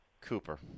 Cooper